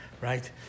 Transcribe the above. right